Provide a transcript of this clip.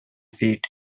feet